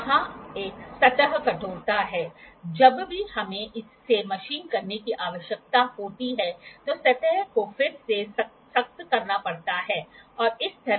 वहाँ एक सतह कठोरता है जब भी हमें इसे मशीन करने की आवश्यकता होती है तो सतह को फिर से सख्त करना पड़ता है